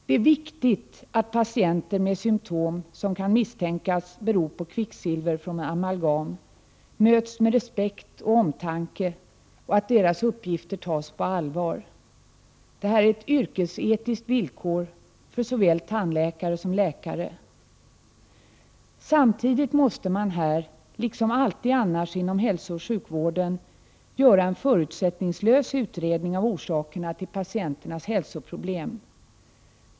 Det är viktigt att patienter med symtom som kan misstänkas bero på kvicksilver från amalgam möts med respekt och omtanke och att deras uppgifter tas på allvar. Detta är ett yrkesetiskt villkor för såväl tandläkare som läkare. Samtidigt måste man här, liksom alltid annars inom hälsooch sjukvården, göra en förutsättningslös utredning av orsakerna till patienternas hälsoproblem.